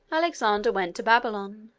alexander went to babylon.